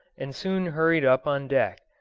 and soon hurried up on deck,